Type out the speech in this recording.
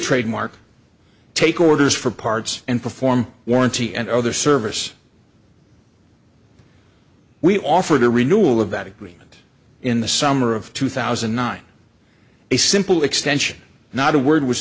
trademark take orders for parts and perform warranty and other service we offered a renewal of that agreement in the summer of two thousand and nine a simple extension not a word was